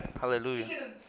Hallelujah